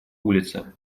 улице